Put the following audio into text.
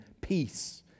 peace